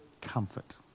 comfort